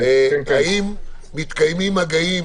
האם מתקיימים מגעים,